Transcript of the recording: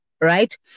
Right